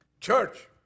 Church